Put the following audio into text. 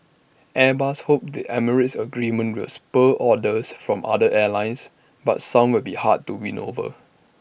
airbus hopes the emirates agreement will spur orders from other airlines but some will be hard to win over